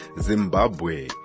Zimbabwe